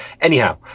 Anyhow